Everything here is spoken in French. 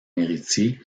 héritier